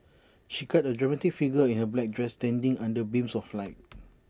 she cut A dramatic figure in her black dress standing under beams of light